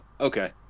okay